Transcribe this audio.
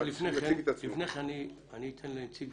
לפני כן אני אתן לנציג